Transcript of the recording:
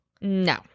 No